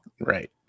Right